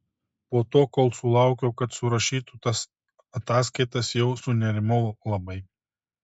po to kol sulaukiau kad surašytų tas ataskaitas jau sunerimau labai